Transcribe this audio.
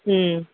ꯎꯝ